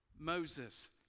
Moses